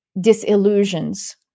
disillusions